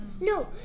No